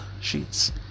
sheets